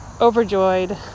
overjoyed